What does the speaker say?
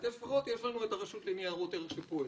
לפחות יש את הרשות לניירות ערך שפועלת.